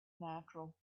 natural